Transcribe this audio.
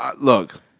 look